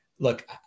Look